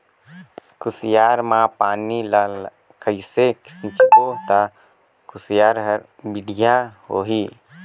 कुसियार मा पानी ला कइसे सिंचबो ता कुसियार हर बेडिया होही?